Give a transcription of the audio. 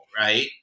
right